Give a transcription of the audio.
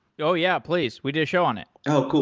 oh, yeah. please. we did a show on it. oh,